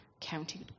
county